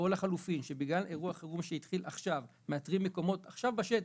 או לחילופין בגלל אירוע חירום שהתחיל עכשיו מאתרים מקומות עכשיו בשטח,